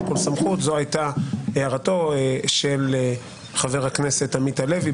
כל סמכות זו הייתה הערתו של חבר הכנסת עמית הלוי,